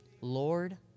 Lord